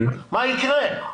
מה יקרה אז?